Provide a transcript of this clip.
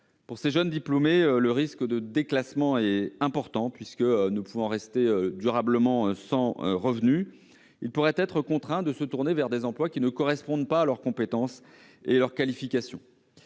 Pour ces jeunes diplômés, le risque de déclassement est important : ne pouvant rester durablement sans revenus, ils pourraient être contraints de se tourner vers des emplois qui ne correspondent pas à leurs compétences ni à leurs qualifications.